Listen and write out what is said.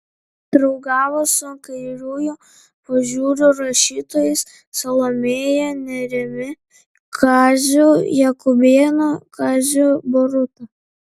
draugavo su kairiųjų pažiūrų rašytojais salomėja nėrimi kaziu jakubėnu kaziu boruta